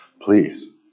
Please